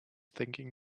thinking